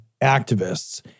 activists